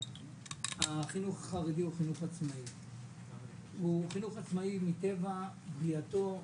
החינוך החרדי הוא חינוך עצמאי מטבע בריאתו,